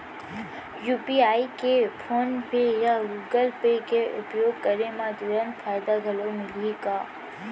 UPI के PhonePe या Google Pay के उपयोग करे म तुरंत फायदा घलो मिलही का?